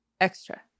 Extra